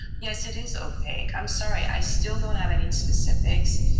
yes, it is opaque. i'm sorry, i still don't have any specifics.